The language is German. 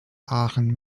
aachen